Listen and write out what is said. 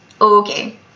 Okay